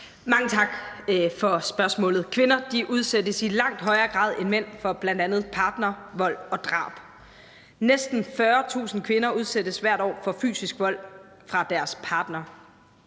Mange tak for spørgsmålet. Kvinder udsættes i langt højere grad end mænd for bl.a. partnervold og -drab. Næsten 40.000 kvinder udsættes hvert år for fysisk vold fra deres partner.